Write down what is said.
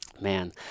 man